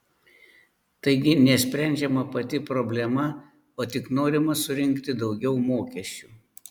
taigi nesprendžiama pati problema o tik norima surinkti daugiau mokesčių